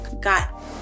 got